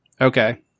Okay